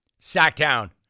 Sacktown